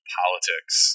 politics